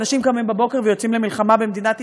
אנשים קמים בבוקר ויוצאים למלחמה במדינת ישראל,